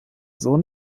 sohn